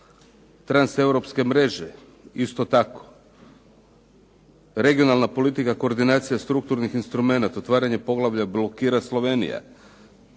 Transeuropske mreže isto tako, Regionalna politika, koordinacija strukturnih instrumenata, otvaranje poglavlja blokira Slovenija.